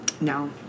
No